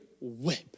whip